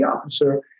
officer